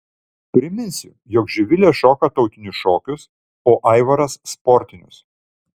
priminsiu jog živilė šoka tautinius šokius o aivaras sportinius